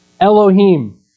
Elohim